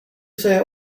say